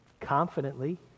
confidently